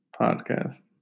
podcast